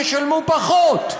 ישלמו פחות,